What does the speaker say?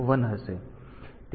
તેથી આ ભાગ ટાઈમર 1 માટે છે